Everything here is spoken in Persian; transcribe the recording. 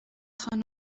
خانم